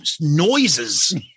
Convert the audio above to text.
noises